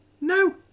No